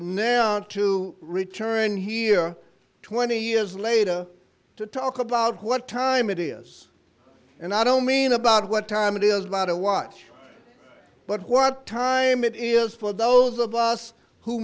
never to return here twenty years later to talk about what time it is and i don't mean about what time it is not a watch but what time it is for those of us who